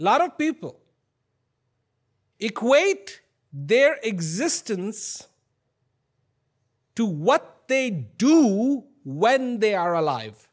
this lot of people equate their existence to what they do when they are alive